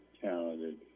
talented